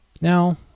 Now